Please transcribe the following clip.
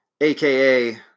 aka